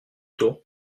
tour